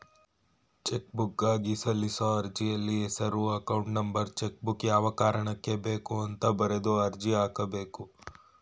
ಚೆಕ್ಬುಕ್ಗಾಗಿ ಸಲ್ಲಿಸೋ ಅರ್ಜಿಯಲ್ಲಿ ಹೆಸರು ಅಕೌಂಟ್ ನಂಬರ್ ಚೆಕ್ಬುಕ್ ಯಾವ ಕಾರಣಕ್ಕೆ ಬೇಕು ಅಂತ ಬರೆದು ಅರ್ಜಿ ಹಾಕಬೇಕು